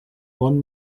bon